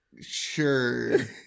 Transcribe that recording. Sure